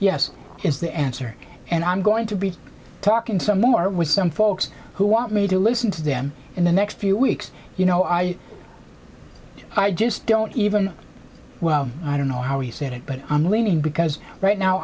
yes is the answer and i'm going to be talking some more with some folks who want me to listen to them in the next few weeks you know i i just don't even well i don't know how he said it but i'm leaning because right now